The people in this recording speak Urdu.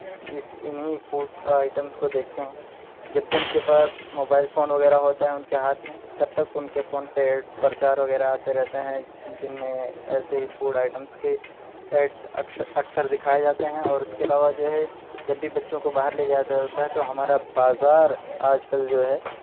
اس انہیں فوڈس آئیٹمز کو دیکھتے ہیں جب بھی ان کے پاس موبائل فون وغیرہ ہوتا ہے ان کے ہاتھ میں تب تک ان کے فون پہ ایڈ پرچار وغیرہ آتے رہتے ہیں جن میں ایسے ہی فوڈ ائیٹمز کے ایڈس اکثر دکھائے جاتے ہیں اور اس کے علاوہ جو ہے جب بھی بچوں کو باہر لے جانا ہوتا ہے تو ہمارا بازار آج کل جو ہے